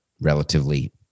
relatively